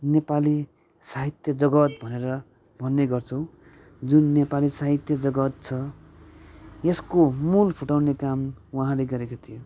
नेपाली साहित्य जगत् भनेर भन्ने गर्छौँ जुन नेपाली साहित्य जगत् छ यसको मूल फुटाउने काम वहाँले गरेका थिए